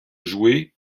joué